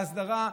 בהסדרה,